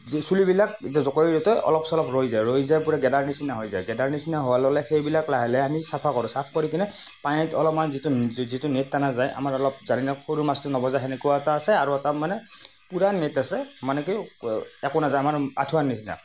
যি চুলিবিলাক এতিয়া জকৈৰি সৈতে অলপ চলপ ৰৈ যায় ৰৈ যায় পুৰা গেদাৰ নিচিনা হৈ যায় গেদাৰ নিচিনা হোৱাৰ লগে সেইবিলাক লাহে লাহে আমি চাফা কৰোঁ চাফ কৰি কিনে পানীত অলপমান যিটো যিটো নেট টানা যায় আমাৰ অলপ সৰু মাছটো নবজা তেনেকুৱা এটা আছে আৰু এটা মানে পুৰা নেট আছে মানে কি একো নাযায় আমাৰ আঁঠুৱাৰ নিচিনা